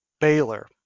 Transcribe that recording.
Baylor